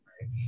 right